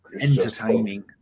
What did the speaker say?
entertaining